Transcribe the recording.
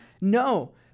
No